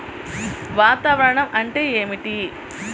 వాతావరణం అంటే ఏమిటి?